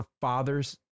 father's